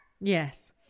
Yes